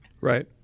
Right